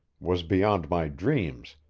was beyond my dreams,